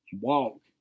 walk